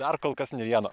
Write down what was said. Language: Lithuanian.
dar kol kas nė vieno